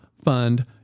fund